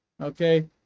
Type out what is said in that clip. okay